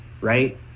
right